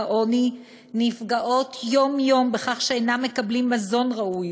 העוני נפגעות יום-יום בכך שהם אינם מקבלים מזון ראוי,